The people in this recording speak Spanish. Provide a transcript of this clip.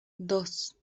dos